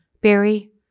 Barry